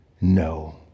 No